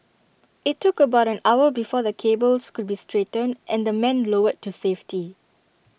IT took about an hour before the cables could be straightened and the men lowered to safety